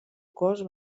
cos